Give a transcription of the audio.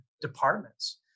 departments